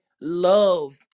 love